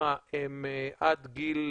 הם עד גיל,